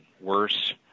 worse –